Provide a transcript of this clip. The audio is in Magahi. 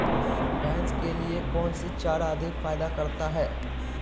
भैंस के लिए कौन सी चारा अधिक फायदा करता है?